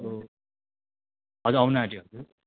हजुर अब आउन आँट्यो